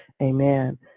amen